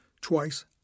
Twice